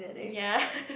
ya